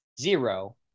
zero